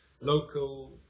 local